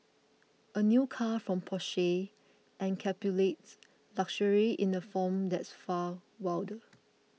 a new car from Porsche encapsulates luxury in a form that's far wilder